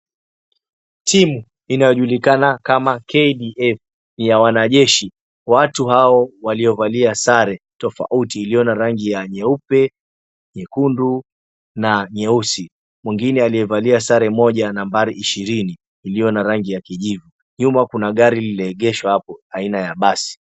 Timu inayojulikana kama KDF ni ya wanajeshi. Watu hao waliovalia sare tofauti ilio na rangi ya nyeupe, nyekundu na nyeusi. Mwingine aliyevalia sare moja ya nambari ishirini ilio na rangi ya kijivu. Nyuma kuna gari lililoegeshwa hapo aina ya basi.